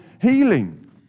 healing